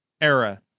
era